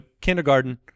kindergarten